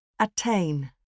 Attain